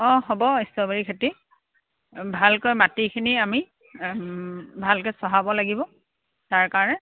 অ হ'ব ষ্ট্ৰবেৰী খেতি ভালকৈ মাটিখিনি আমি ভালকৈ চহাব লাগিব তাৰকাৰণে